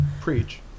preach